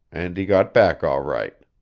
and he got back all right.